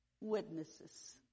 witnesses